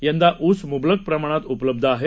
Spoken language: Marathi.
यंदाऊसमुबलकप्रमाणातउपलब्धआहे